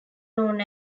known